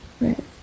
right